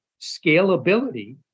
scalability